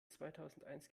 zweitausendeins